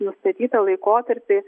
nustatytą laikotarpį